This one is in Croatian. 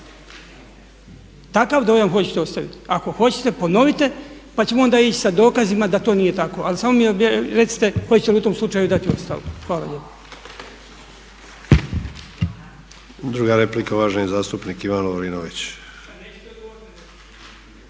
Takav dojam hoćete ostaviti? Ako hoćete ponovite pa ćemo onda ići sa dokazima da to nije tako. Ali samo mi recite hoćete li u tome slučaju dati ostavku? Hvala